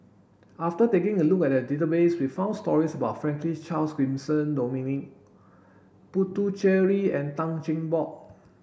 after taking a look at the database we found stories about Franklin Charles Gimson Dominic Puthucheary and Tan Cheng Bock